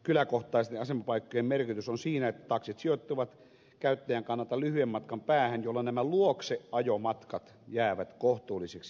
kyläkohtaisten asemapaikkojen merkitys on siinä että taksit sijoittuvat käyttäjän kannalta lyhyen matkan päähän jolloin nämä ajomatkat käyttäjän luokse jäävät kohtuullisiksi